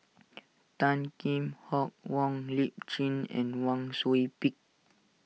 Tan Kheam Hock Wong Lip Chin and Wang Sui Pick